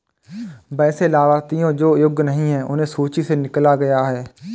वैसे लाभार्थियों जो योग्य नहीं हैं उन्हें सूची से निकला गया है